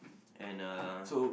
and uh